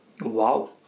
Wow